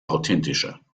authentischer